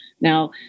Now